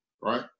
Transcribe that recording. right